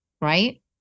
Right